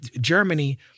Germany